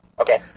Okay